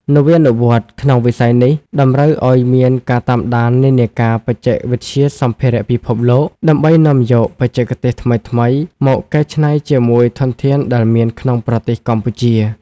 នវានុវត្តន៍ក្នុងវិស័យនេះតម្រូវឱ្យមានការតាមដាននិន្នាការបច្ចេកវិទ្យាសម្ភារៈពិភពលោក ដើម្បីនាំយកបច្ចេកទេសថ្មីៗមកកែច្នៃជាមួយធនធានដែលមានក្នុងប្រទេសកម្ពុជា។